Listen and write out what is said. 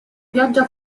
pioggia